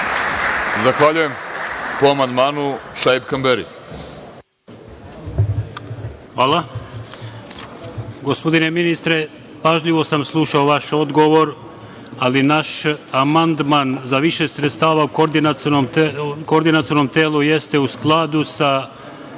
Kamberi, po amandmanu. **Šaip Kamberi** Hvala. Gospodine ministre, pažljivo sam slušao vaš odgovor, ali naš amandman za više sredstava u Koordinacionom telu jeste u skladu sa